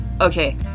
okay